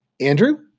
Andrew